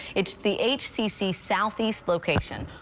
it's the hcc southeast location.